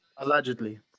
Allegedly